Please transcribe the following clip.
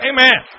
Amen